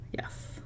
Yes